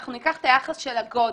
אנחנו ניקח את היחס של הגודל.